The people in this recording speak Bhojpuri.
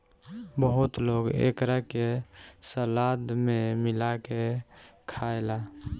बहुत लोग एकरा के सलाद में मिला के खाएला